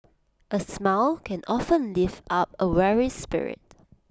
A smile can often lift up A weary spirit